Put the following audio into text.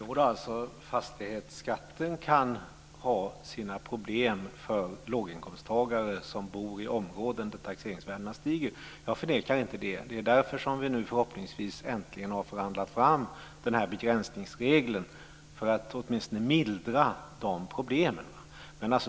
Fru talman! Jo då, fastighetsskatten kan ha sina problem för låginkomsttagare som bor i områden där taxeringsvärdena stiger. Jag förnekar inte det. Det är därför som vi nu förhoppningsvis äntligen har förhandlat fram den här begränsningsregeln, för att åtminstone mildra de problemen.